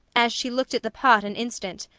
as she looked at the pot an instant,